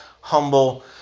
humble